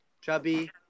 chubby